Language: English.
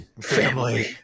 family